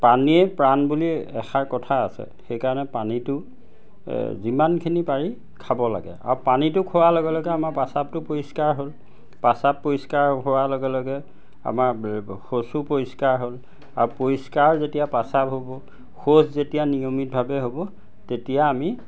পানীয়েই প্ৰাণ বুলি এষাৰ কথা আছে সেইকাৰণে পানীটো যিমানখিনি পাৰি খাব লাগে আৰু পানীটো খোৱাৰ লগে লগে আমাৰ পাচাবটো পৰিষ্কাৰ হ'ল পাচাব পৰিষ্কাৰ হোৱাৰ লগে লগে আমাৰ শৌচো পৰিষ্কাৰ হ'ল আৰু পৰিষ্কাৰ যেতিয়া পাচাব হ'ব শৌচ যেতিয়া নিয়মিতভাৱে হ'ব তেতিয়া আমি